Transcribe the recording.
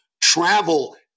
travel